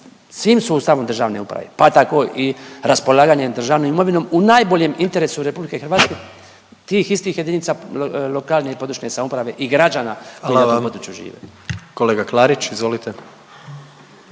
svim sustavom državne uprave, pa tako i raspolaganje državnom imovinom u najboljem interesu RH, tih istih jedinica lokalne i područne samouprave i građana …/Upadica predsjednik: